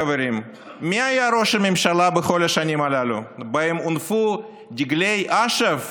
חברים: מי היה ראש הממשלה בכל השנים הללו שבהן הונפו דגלי אש"ף